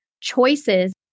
choices